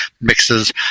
mixes